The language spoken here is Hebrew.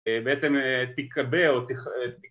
‫בעצם תיקבא או.